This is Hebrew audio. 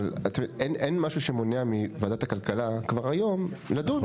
אבל אין משהו שמונע מוועדת הכלכלה לדון כבר היום.